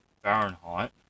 Fahrenheit